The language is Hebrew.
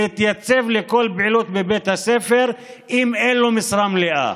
להתייצב לכל פעילות בבית הספר אם אין לו משרה מלאה,